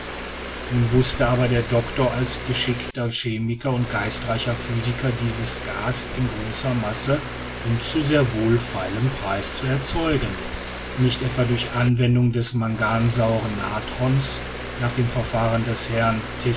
nun wußte aber der doctor als geschickter chemiker und geistreicher physiker dies gas in großer masse und zu sehr wohlfeilem preise zu erzeugen nicht etwa durch anwendung des mangansauren natrons nach dem verfahren des herrn